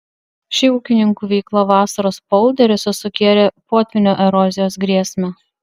ši ūkininkų veikla vasaros polderiuose sukėlė potvynio erozijos grėsmę